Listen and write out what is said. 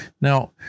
Now